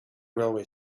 railway